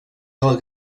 del